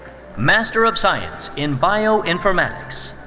master of science in bioinformatics.